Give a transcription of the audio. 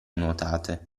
nuotate